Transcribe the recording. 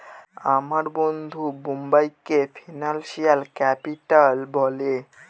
আমার বন্ধু বোম্বেকে ফিনান্সিয়াল ক্যাপিটাল বলে